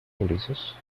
ulises